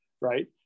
right